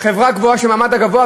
חברה גבוהה של המעמד הגבוה,